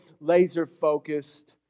laser-focused